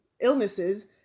illnesses